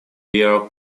year